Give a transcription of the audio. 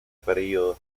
periodo